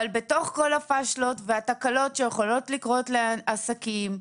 אבל בתוך כל הפשלות והתקלות שיכולות לקרות לעסקים,